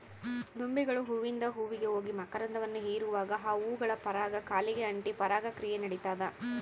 ದುಂಬಿಗಳು ಹೂವಿಂದ ಹೂವಿಗೆ ಹೋಗಿ ಮಕರಂದವನ್ನು ಹೀರುವಾಗೆ ಆ ಹೂಗಳ ಪರಾಗ ಕಾಲಿಗೆ ಅಂಟಿ ಪರಾಗ ಕ್ರಿಯೆ ನಡಿತದ